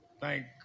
thank